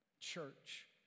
Church